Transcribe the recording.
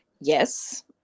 Yes